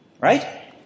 Right